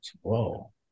whoa